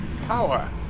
power